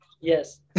Yes